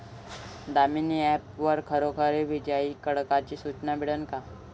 Damini app वर खरोखर विजाइच्या कडकडाटाची सूचना मिळन का?